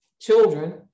children